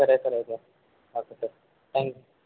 సరే sir okay okay sir thank you